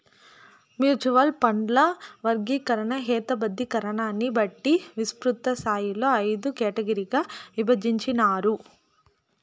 mutual ఫండ్ల వర్గీకరణ, హేతబద్ధీకరణని బట్టి విస్తృతస్థాయిలో అయిదు కేటగిరీలుగా ఇభజించినారు